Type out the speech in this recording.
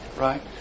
right